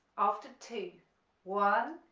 after two one,